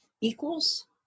equals